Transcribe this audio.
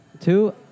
Two